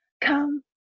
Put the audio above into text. Come